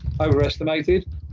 overestimated